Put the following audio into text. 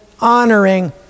honoring